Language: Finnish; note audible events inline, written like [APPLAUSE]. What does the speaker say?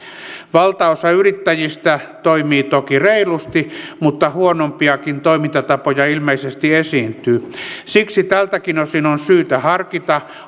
valtaosa yrittäjistä toimii toki reilusti mutta huonompiakin toimintatapoja ilmeisesti esiintyy siksi tältäkin osin on syytä harkita [UNINTELLIGIBLE]